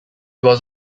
was